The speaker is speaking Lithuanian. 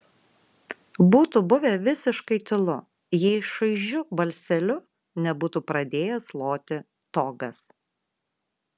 būtų buvę visiškai tylu jei šaižiu balseliu nebūtų pradėjęs loti togas